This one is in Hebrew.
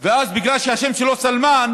ואז בגלל שהשם הוא סלמאן,